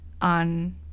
on